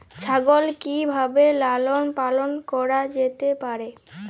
ছাগল কি ভাবে লালন পালন করা যেতে পারে?